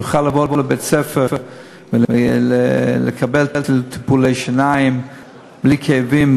יוכל לבוא לבית-ספר ולקבל טיפולי שיניים בלי כאבים,